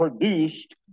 produced